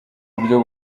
buryo